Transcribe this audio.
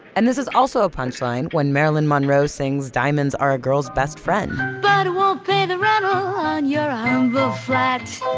and this is also a punchline when marilyn monroe sings diamonds are a girl's best friend but it won't pay the rental on your humble flat,